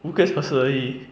五个小时而已